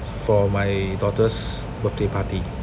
for my daughter's birthday party